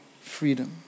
freedom